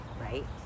right